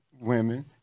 women